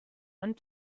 and